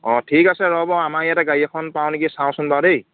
অঁ ঠিক আছে ৰ'ব আমাৰ ইয়াতে গাড়ী এখন পাওঁ নেকি চাওঁচোন বাৰু দেই